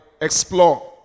explore